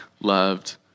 loved